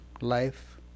life